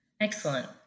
Excellent